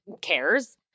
cares